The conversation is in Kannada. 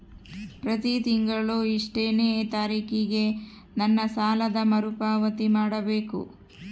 ಪ್ರತಿ ತಿಂಗಳು ಎಷ್ಟನೇ ತಾರೇಕಿಗೆ ನನ್ನ ಸಾಲದ ಮರುಪಾವತಿ ಮಾಡಬೇಕು?